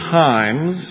times